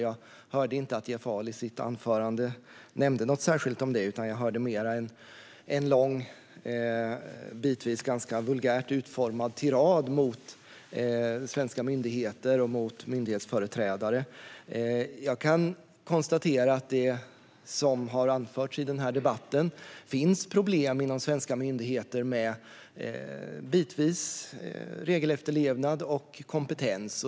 Jag hörde inte att Jeff Ahl i sitt anförande nämnde något särskilt om det. Jag hörde mer en lång och bitvis ganska vulgärt utformad tirad mot svenska myndigheter och mot myndighetsföreträdare. Jag kan konstatera att det, vilket har anförts i denna debatt, bitvis finns problem inom svenska myndigheter med regelefterlevnad och kompetens.